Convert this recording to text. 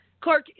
Clark